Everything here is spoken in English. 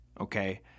Okay